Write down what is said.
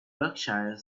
berkshire